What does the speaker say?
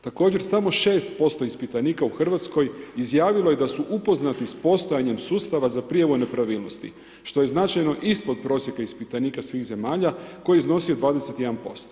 Također, samo 6% ispitanika u Hrvatskoj izjavilo je da su upoznati s postojanjem sustava za prijavu nepravilnosti što je značajno ispod prosjeka ispitanika svih zemalja koji je iznosio 21%